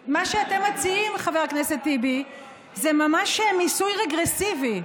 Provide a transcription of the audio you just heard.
מה שאתם מציעים זה ממש מיסוי רגרסיבי.